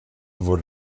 wurde